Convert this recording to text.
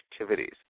activities